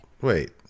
Wait